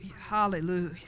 hallelujah